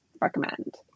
recommend